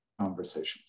conversations